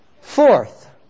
Fourth